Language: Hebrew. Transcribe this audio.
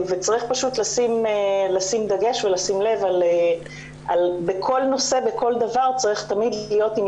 צריך לשים דגש ולשים לב ובכל נושא ובכל דבר צריך תמיד להיות עם